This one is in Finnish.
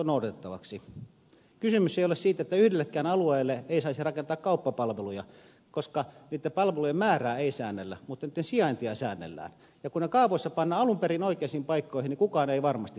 kysymys ei ole siitä että yhdellekään alueelle ei saisi rakentaa kauppapalveluja koska niitten palvelujen määrää ei säännellä vaan niiden sijaintia säädellään ja kun ne kaavoissa pannaan alun perin oikeisiin paikkoihin niin kukaan ei varmasti puutu niihin